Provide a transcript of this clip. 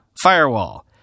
firewall